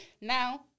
now